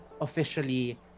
officially